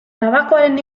tabakoaren